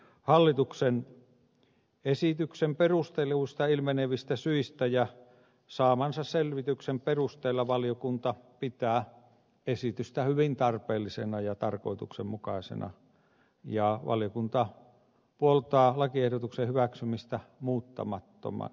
hallituksen esityksen perusteluista ilmenevistä syistä ja saamansa selvityksen perusteella valiokunta pitää esitystä hyvin tarpeellisena ja tarkoituksenmukaisena ja valiokunta puoltaa lakiehdotuksen hyväksymistä muuttamattomana